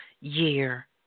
year